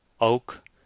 Oak